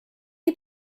you